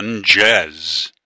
Jazz